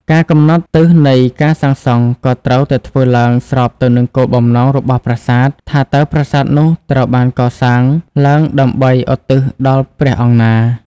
ការកំណត់ទិសនៃការសាងសង់ក៏ត្រូវតែធ្វើឡើងស្របទៅនឹងគោលបំណងរបស់ប្រាសាទ ថាតើប្រាសាទនោះត្រូវបានកសាងឡើងដើម្បីឧទ្ទិសដល់ព្រះអង្គណា។